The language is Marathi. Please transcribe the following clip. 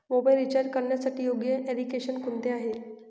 मोबाईल रिचार्ज करण्यासाठी योग्य एप्लिकेशन कोणते आहे?